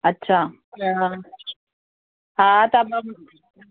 अच्छा हा त ॿ